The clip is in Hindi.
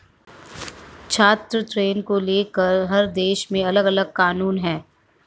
छात्र ऋण को लेकर हर देश में अलगअलग कानून है